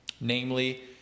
Namely